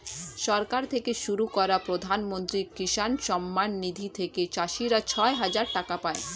সরকার থেকে শুরু করা প্রধানমন্ত্রী কিষান সম্মান নিধি থেকে চাষীরা ছয় হাজার টাকা পায়